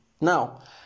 Now